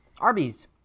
Arby's